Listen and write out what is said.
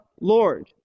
Lord